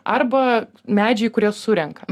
arba medžiai kurie surenka